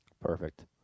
Perfect